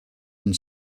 and